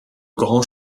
grand